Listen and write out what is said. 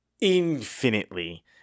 infinitely